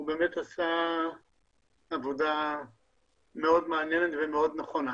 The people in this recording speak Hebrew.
הוא עשה עבודה מאוד מעניינת ונכונה.